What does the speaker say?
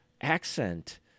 accent